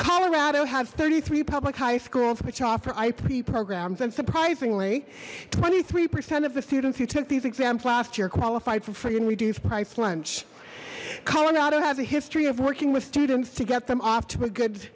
colorado has thirty three public high schools which offer ib programs and surprisingly twenty three percent of the students who took these exams last year qualified for free and reduced price lunch colorado has a history of working with students to get them off to a good